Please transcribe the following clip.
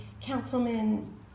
councilman